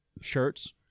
shirts